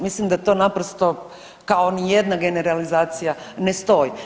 Mislim da to naprosto kao ni jedna generalizacija ne stoji.